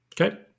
Okay